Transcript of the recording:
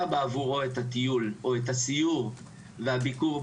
בעבורו את הטיול או את הסיור והביקור.